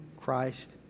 Christ